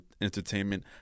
entertainment